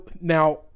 Now